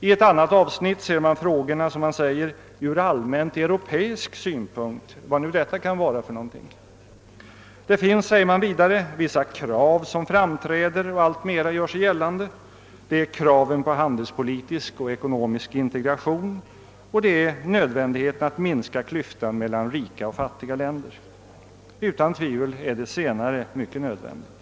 I ett annat avsnitt ser man frågorna ur »allmänt europeisk synpunkt», vad nu detta kan vara för något. Man säger vidare att det finns vissa krav som framträder och gör sig gällande. Det är kraven på handelspolitisk och ekonomisk integration och det är nödvändigheten att minska klyftan mellan rika och fattiga länder. Utan tvivel är det senare nödvändigt!